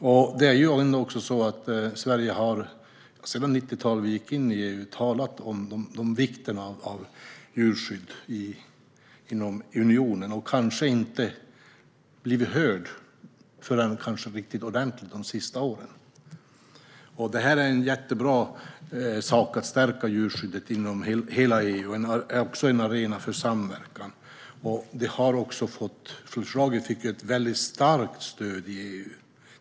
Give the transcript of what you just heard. Sedan Sverige gick in i EU på 90-talet har vi talat om vikten av djurskydd inom unionen, men kanske har vi inte riktigt blivit hörda förrän under de senaste åren. Detta är en jättebra sak för att stärka djurskyddet inom hela EU, och det är också en arena för samverkan. Förslaget fick ett starkt stöd i EU.